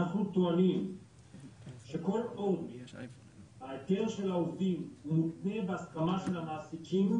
אנחנו טוענים שכל עוד ההיתר של העובדים מלווה בהסכמה של המעסיקים,